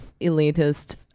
elitist